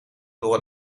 door